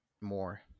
more